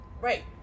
Right